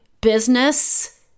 business